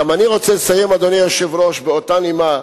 גם אני רוצה לסיים, אדוני היושב-ראש, באותה נימה: